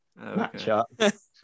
matchup